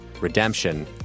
redemption